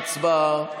הצבעה.